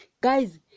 guys